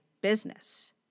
business